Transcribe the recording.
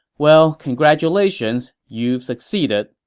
well, congratulations, you've succeeded.